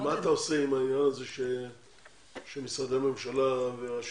ומה אתה עושה עם העניין הזה שמשרדי ממשלה ורשויות